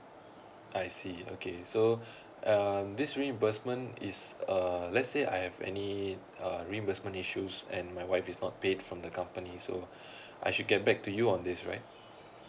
I see okay so um this reimbursement is uh let's say I have any uh reimbursement issues and my wife is not paid from the company so I should get back to you on this right